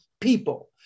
people